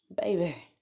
baby